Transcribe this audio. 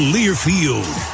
Learfield